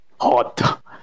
Hot